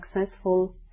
successful